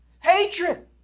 Hatred